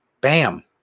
bam